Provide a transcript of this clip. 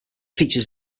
features